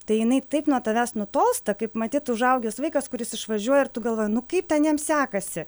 tai jinai taip nuo tavęs nutolsta kaip matyt užaugęs vaikas kuris išvažiuoja ir tu galvoji nu kaip ten jam sekasi